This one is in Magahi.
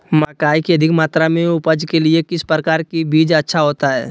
मकई की अधिक मात्रा में उपज के लिए किस प्रकार की बीज अच्छा होता है?